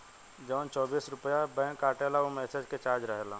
जवन चौबीस रुपइया बैंक काटेला ऊ मैसेज के चार्ज रहेला